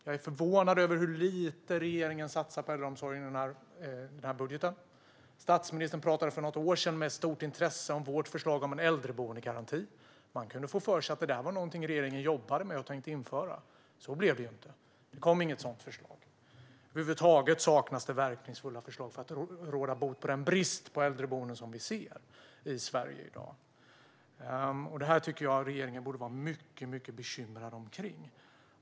Jag är förvånad över hur lite regeringen satsar på äldreomsorgen i budgeten. Statsministern talade för något år sedan med stort intresse om vårt förslag om en äldreboendegaranti. Man kunde få för sig att det var någonting regeringen jobbade med och tänkte införa. Så blev det inte. Det kom inget sådant förslag. Över huvud taget saknas det verkningsfulla förslag för att råda bot på den brist på äldreboenden som vi ser i Sverige i dag. Det borde regeringen vara mycket bekymrad över.